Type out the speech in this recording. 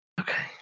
Okay